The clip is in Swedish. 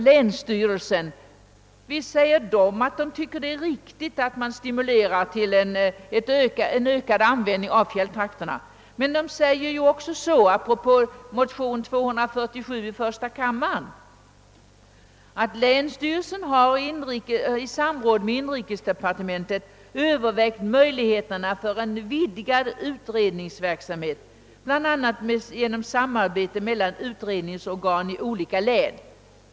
Länsstyrelsen i Jämtlands län anser det vara riktigt att stimulera till en ökad användning av fjälltrakterna, men den säger också — apropå motion I:247 — att den »har i samråd med inrikesdepartementet övervägt möjligheterna för en vidgad utredningsverksamhet bl.a. genom samarbete mellan utredningsorgan i olika län».